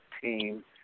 team